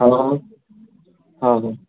हो हो हो